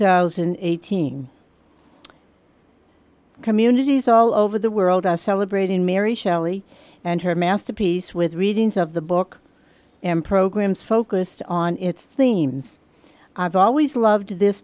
thousand and eighteen communities all over the world are celebrating mary shelley and her masterpiece with readings of the book and programs focused on its themes i've always loved this